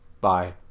bye